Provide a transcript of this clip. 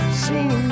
seen